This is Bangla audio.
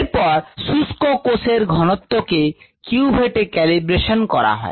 এরপর শুষ্ক কোষের ঘনত্বকে কিউভেটে ক্যালিব্রেশন করা হয়